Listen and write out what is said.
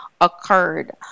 occurred